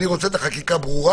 אני רוצה את החקיקה ברורה,